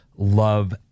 Love